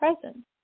presence